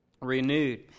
renewed